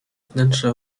wnętrze